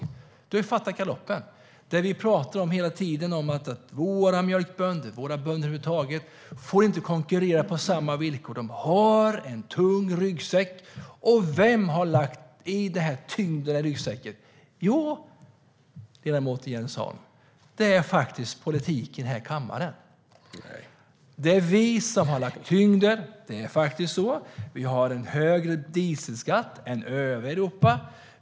Du har fattat galoppen. Vi talar hela tiden om att våra mjölkbönder och våra bönder över huvud taget inte får konkurrera på lika villkor. De har en tung ryggsäck. Vem har lagt tyngden i ryggsäcken? Jo, ledamoten Jens Holm, det är faktiskt vi politiker i den här kammaren. Det är vi som har lagt tyngden. Det är faktiskt så. Vi har en högre dieselskatt än övriga Europa.